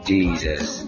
Jesus